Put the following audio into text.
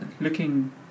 looking